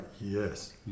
yes